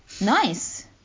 Nice